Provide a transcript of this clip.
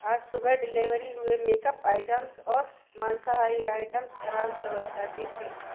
आज सुबह डिलीवर हुए मेकअप आइटम्स और माँसाहारी आइटम्स खराब गुणवत्ता के थे